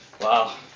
Wow